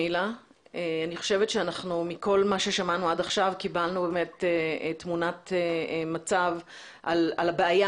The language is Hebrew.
אני חושבת שמכל מה ששמענו עד עכשיו קיבלנו תמונת מצב על הבעיה